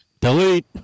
Delete